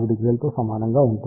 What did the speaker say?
40 తోసమానంగా ఉంటుంది